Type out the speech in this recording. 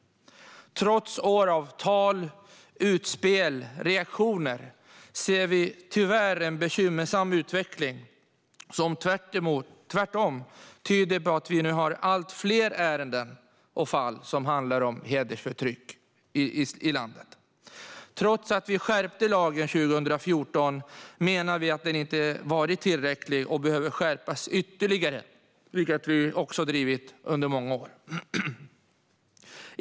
Men trots år av tal, utspel och reaktioner ser vi tyvärr en bekymmersam utveckling som tyder på att vi nu har allt fler ärenden i landet som handlar om hedersförtryck. Trots att lagen skärptes 2014 menar vi att den inte har varit tillräcklig och att den behöver skärpas ytterligare. Detta har vi också drivit på för under många år.